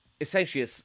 essentially